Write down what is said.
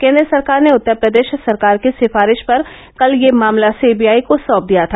केन्द्र सरकार ने उत्तर प्रदेश सरकार की सिफारिश पर कल यह मामला सी बी आई को सौंप दिया था